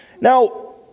Now